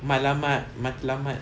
matlamat matlamat